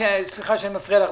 סליחה שאני מפריע לך.